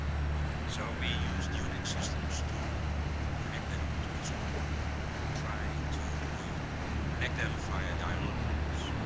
so we used unix systems to connect them to each other and trying to connect them via dial log lines.